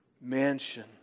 mansion